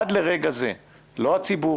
עד לרגע זה לא הציבור,